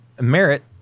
Merit